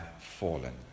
fallen